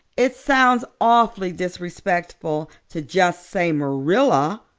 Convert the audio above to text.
it sounds awfully disrespectful to just say marilla,